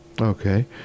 okay